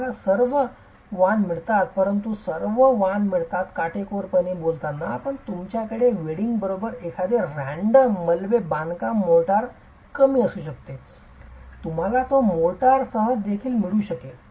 तुम्हाला सर्व वाण मिळतात तुम्हाला सर्व वाण मिळतात काटेकोरपणे बोलतांना पण तुमच्याकडे वेडिंगबरोबर एखादे रॅन्डम मलबे बांधकाम मोर्टार कमी असू शकते तुम्हाला तो मोर्टारसह देखील मिळू शकेल